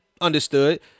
Understood